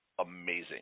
amazing